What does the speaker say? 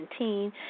2017